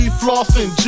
flossing